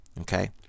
Okay